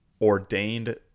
ordained